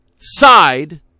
side